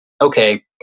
okay